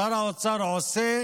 שר האוצר עושה